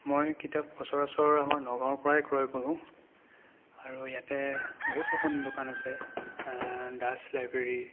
মই কিতাপ সচৰাচৰ আমাৰ নগাঁৱৰ পৰাই ক্ৰয় কৰোঁ আৰু ইয়াতে বহুতকেইখন দোকান আছে দাস লাইব্ৰেৰী